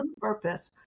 purpose